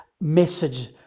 message